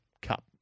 Cup